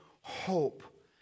hope